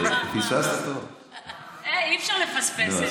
אי-אפשר לפספס.